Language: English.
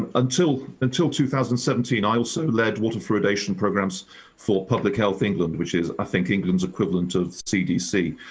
ah until until two thousand and seventeen, i also led water fluoridation programs for public health england, which is, i think england's equivalent of cdc.